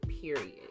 Period